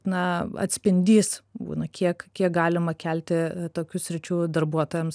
na atspindys būna tiek kiek galima kelti tokių sričių darbuotojams